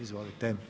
Izvolite.